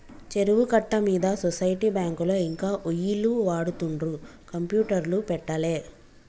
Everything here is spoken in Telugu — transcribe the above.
చెరువు కట్ట మీద సొసైటీ బ్యాంకులో ఇంకా ఒయ్యిలు వాడుతుండ్రు కంప్యూటర్లు పెట్టలే